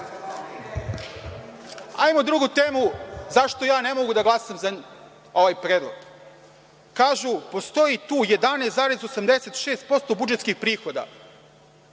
drugu temu – zašto ja ne mogu da glasam za ovaj predlog. Kažu – postoji tu 11,86% budžetskih prihoda.